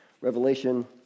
Revelation